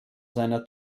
seiner